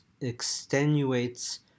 extenuates